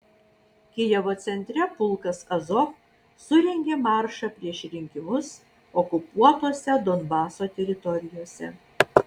kijevo centre pulkas azov surengė maršą prieš rinkimus okupuotose donbaso teritorijose